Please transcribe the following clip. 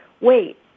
wait